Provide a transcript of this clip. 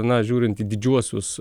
na žiūrint į didžiuosius